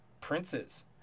Prince's